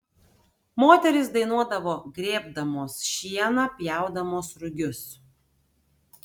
moterys dainuodavo grėbdamos šieną pjaudamos rugius